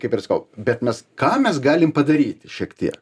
kaip ir sakau bet mes ką mes galim padaryti šiek tiek